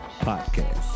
podcast